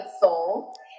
Soul